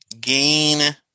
gain